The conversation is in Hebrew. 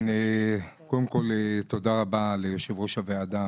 קודם כל תודה רבה ליושב ראש הוועדה,